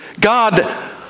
God